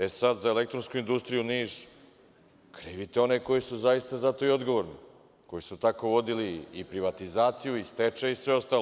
E, sad za elektronsku industriju u Nišu, krivite one koji su zaista za to i odgovorni, koji su tako vodili i privatizaciju i stečaj i sve ostalo.